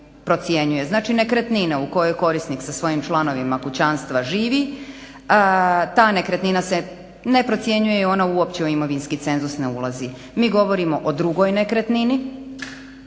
Znači nekretnine u kojoj korisnik sa svojim članovima kućanstva živi ta nekretnina se ne procjenjuje i ona uopće u imovinski cenzus ne ulazi. Mi govorimo o drugoj nekretnini,